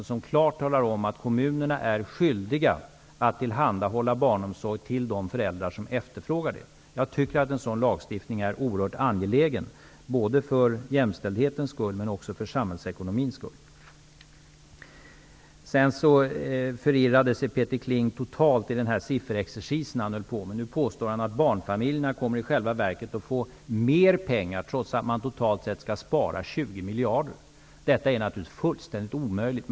Den skall klart tala om att kommunerna är skyldiga att tillhandahålla barnomsorg till de föräldrar som efterfrågar det. Jag tycker att en sådan lagstiftning är oerhört angelägen både för jämställdhetens och för samhällsekonomins skull. Peter Kling förirrade sig totalt i den sifferexercis som han höll på med. Nu påstår han att barnfamiljerna i själva verket kommer att få mer pengar trots att man totalt sett skall spara 20 miljarder. Detta är naturligtvis fullständigt omöjligt.